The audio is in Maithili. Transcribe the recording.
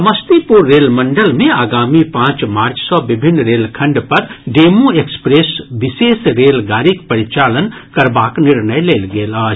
समस्तीपुर रेल मंडल मे आगामी पांच मार्च सँ विभिन्न रेल खंड पर डेमू एक्सप्रेस विशेष रेल गाड़ीक परिचालन करबाक निर्णय लेल गेल अछि